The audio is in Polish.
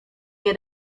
nie